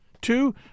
Two